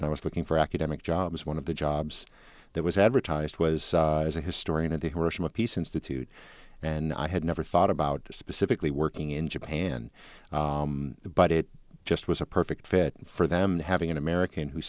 and i was looking for academic jobs one of the jobs that was advertised was as a historian and they were a small piece institute and i had never thought about specifically working in japan but it just was a perfect fit for them having an american who